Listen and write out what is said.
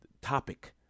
topic